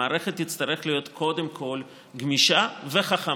המערכת תצטרך להיות קודם כול גמישה וחכמה.